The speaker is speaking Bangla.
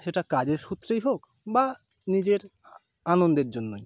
সেটা কাজের সূত্রেই হোক বা নিজের আনন্দের জন্যই